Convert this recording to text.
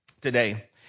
today